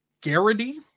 Garrity